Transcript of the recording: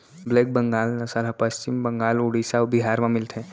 black Bengal नसल ह पस्चिम बंगाल, उड़ीसा अउ बिहार म मिलथे